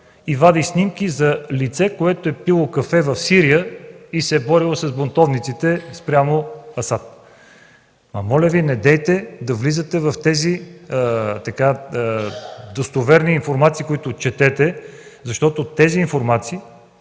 – вади снимки за лице, което е пило кафе в Сирия и се е борило с бунтовниците срещу Асад. Моля Ви, недейте да влизате в тези „достоверни” информации, които четете, защото те в голямата